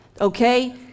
Okay